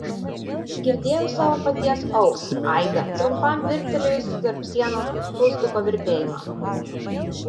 girdėjo savo paties au aidą trumpam virptelėjusį tarp sienų klaustuko virpėjimą